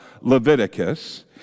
Leviticus